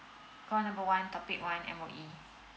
call number one topic one M_O_E